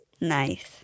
Nice